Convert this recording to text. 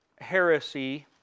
heresy